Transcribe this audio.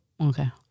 Okay